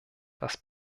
das